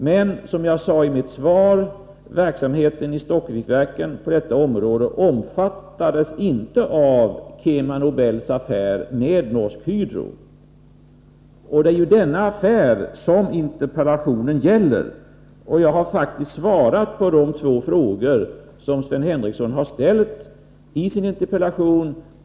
Men, som jag sade i mitt svar, verksamheten i Stockviksverken på detta område omfattades inte av KemaNobels affär med Norsk Hydro. Det är ju denna affär som interpellationen gäller, och jag har faktiskt svarat på de två frågor som Sven Henricsson har ställt i sin interpellation.